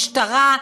משטרה,